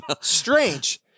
strange